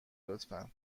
لطفا